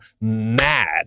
mad